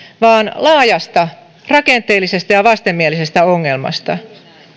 vaan laajasta rakenteellisesta ja vastenmielisestä ongelmasta